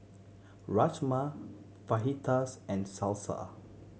Rajma Fajitas and Salsa